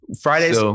Fridays